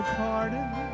pardon